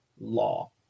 law